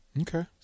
Okay